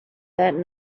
that